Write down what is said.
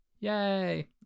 Yay